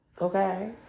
Okay